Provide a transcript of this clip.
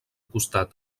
costat